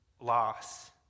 loss